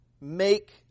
make